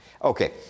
Okay